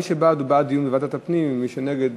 מי שבעד הוא בעד דיון בוועדת הפנים ומי שנגד